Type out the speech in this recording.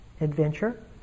adventure